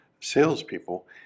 salespeople